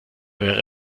wäre